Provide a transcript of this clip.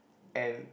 and